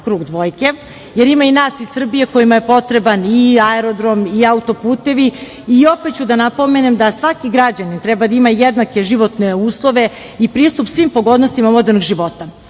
krug dvojke, jer ima i nas iz Srbije kojima je potreban i aerodrom i autoputevi. Opet ću da napomenem da svaki građanin treba da ima jednake životne uslove i pristup svim pogodnostima modernog života. Svima